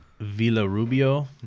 Villarubio